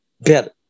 Better